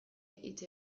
hitz